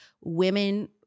women